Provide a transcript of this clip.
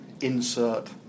insert